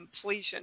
completion